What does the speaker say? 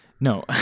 no